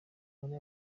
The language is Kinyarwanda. muri